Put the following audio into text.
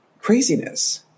craziness